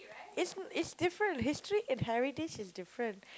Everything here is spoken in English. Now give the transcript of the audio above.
is is different history and heritage is different